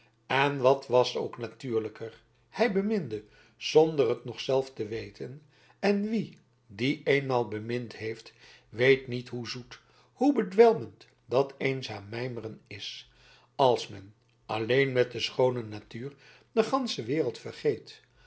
en wat was ook natuurlijker hij beminde zonder het nog zelf te weten en wie die eenmaal bemind heeft weet niet hoe zoet hoe bedwelmend dat eenzaam mijmeren is als men alleen met de schoone natuur de gansche wereld vergeet